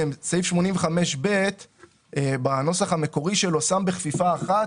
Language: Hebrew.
סעיף 85ב בנוסח המקורי שלו שם בכפיפה אחת